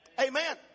Amen